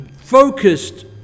focused